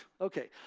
Okay